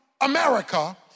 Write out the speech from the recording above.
America